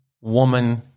woman